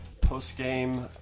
post-game